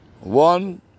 One